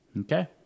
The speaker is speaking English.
Okay